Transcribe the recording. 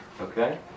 Okay